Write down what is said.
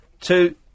two